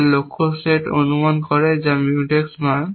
যা লক্ষ্য সেট অনুমান করে যা মিউটেক্স নয়